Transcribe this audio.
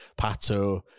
Pato